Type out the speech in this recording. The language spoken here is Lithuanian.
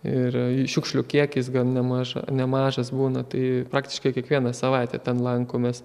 ir šiukšlių kiekis gan nemaža nemažas būna tai praktiškai kiekvieną savaitę ten lankomės